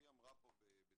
יש